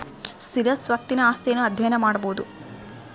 ಸ್ಥಿರ ಸ್ವತ್ತಿನ ಆಸ್ತಿಯನ್ನು ಅಧ್ಯಯನ ಮಾಡಬೊದು